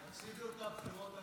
תפסידו את הבחירות הקרובות.